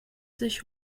sich